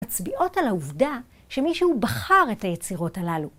מצביעות על העובדה שמישהו בחר את היצירות הללו.